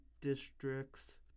districts